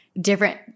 different